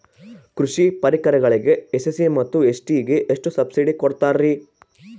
ಕೃಷಿ ಪರಿಕರಗಳಿಗೆ ಎಸ್.ಸಿ ಮತ್ತು ಎಸ್.ಟಿ ಗೆ ಎಷ್ಟು ಸಬ್ಸಿಡಿ ಕೊಡುತ್ತಾರ್ರಿ?